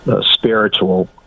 spiritual